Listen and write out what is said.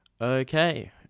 Okay